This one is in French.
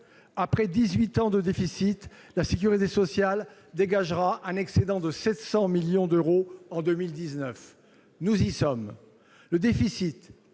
dix-huit ans de déficit, la sécurité sociale dégagerait un excédent de 700 millions d'euros en 2019. Nous y sommes